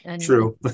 True